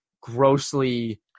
grossly